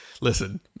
listen